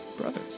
Brothers